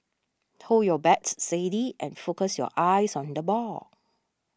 hold your bat steady and focus your eyes on the ball